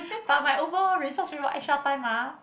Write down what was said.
but my overall results with my extra time ah